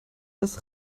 das